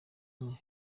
umwe